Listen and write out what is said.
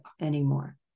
anymore